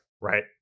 Right